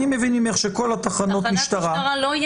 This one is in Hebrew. אני מבין ממך שכל תחנות המשטרה --- תחנת משטרה לא,